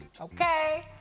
Okay